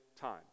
time